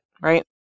right